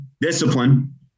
discipline